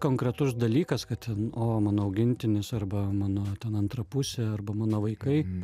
konkretus dalykas kad ten o mano augintinis arba mano ten antra pusė arba mano vaikai